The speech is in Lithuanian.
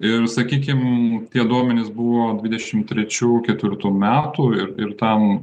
ir sakykim tie duomenys buvo dvidešimt trečių ketvirtų metų ir ten